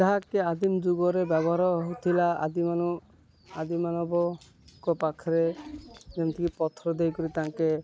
ଯାହାକେ ଆଦିମ ଯୁଗରେ ବ୍ୟବହାର ହଉଥିଲା ଆଦିମାନବଙ୍କ ପାଖରେ ଯେମିତିକି ପଥର ଦେଇକରି ତାଙ୍କେ